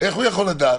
איך הוא יכול לדעת?